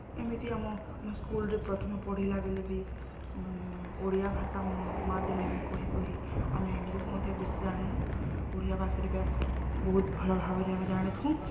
ଏମିତି ଆମ ଆମେ ସ୍କୁଲ୍ରେ ପ୍ରଥମେ ପଢ଼ିଲା ବେଳେ ବି ଓଡ଼ିଆ ଭାଷା ମାଧ୍ୟମରେ ଆମେ କହି କହି ଆମେ ଇଂଲିଶ୍ ମଧ୍ୟ ବେଶୀ ଜାଣୁନୁ ଓଡ଼ିଆ ଭାଷାରେ ବେସ୍ ବହୁତ ଭଲ ଭାବରେ ଆମେ ଜାଣିଥାଉ